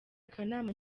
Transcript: akanama